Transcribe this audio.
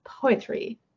poetry